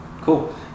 Cool